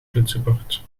toetsenbord